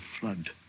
flood